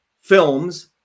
films